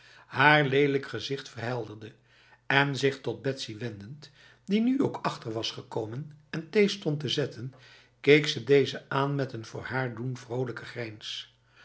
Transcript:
haar lelijk gezicht verhelderde en zich tot betsy wendend die nu ook achter was gekomen en thee stond te zetten keek ze deze aan met een voor haar doen vrolijke grijns